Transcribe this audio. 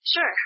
Sure